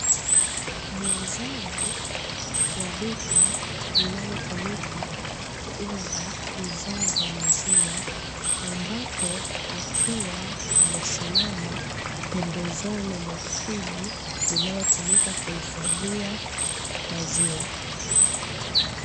Muuzaji wa duka linalotumika kuuza bidhaa za maziwa, ambapo akiwa amesimama pembezoni mwa friji linalotumika kuhifadhia maziwa.